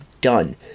done